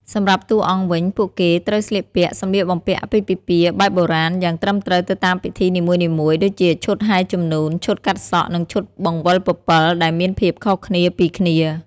សម្រាប់តួអង្គវិញ ពួកគេត្រូវស្លៀកពាក់ សម្លៀកបំពាក់អាពាហ៍ពិពាហ៍បែបបុរាណ យ៉ាងត្រឹមត្រូវទៅតាមពិធីនីមួយៗ ដូចជាឈុតហែរជំនូន ឈុតកាត់សក់ និងឈុតបង្វិលពពិល ដែលមានភាពខុសគ្នាពីគ្នា។